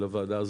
לוועדה הזאת,